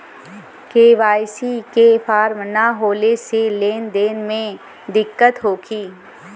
KYC के form न होले से लेन देन में दिक्कत होखी?